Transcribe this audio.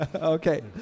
Okay